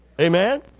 Amen